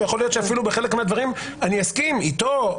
ויכול להיות אפילו בחלק מהדברים אני אסכים איתו,